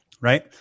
Right